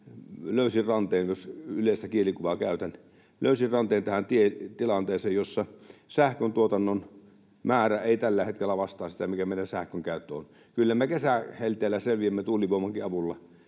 löysin rantein — jos yleistä kielikuvaa käytän — löysin rantein tähän tilanteeseen, jossa sähköntuotannon määrä ei tällä hetkellä vastaa sitä, mikä meillä sähkönkäyttö on. Kyllä me kesähelteellä selviämme tuulivoimankin avulla,